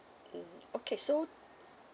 mm okay so